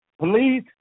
please